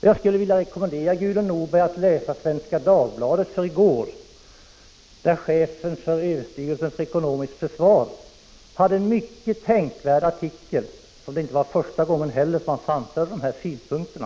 Jag skulle vilja rekommendera Gudrun Norberg att läsa Svenska Dagbladet för i går. Där hade chefen för överstyrelsen för ekonomiskt försvar en mycket tänkvärd artikel. Det var inte heller första gången som han framförde de synpunkter som där kom fram.